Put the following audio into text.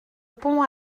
pont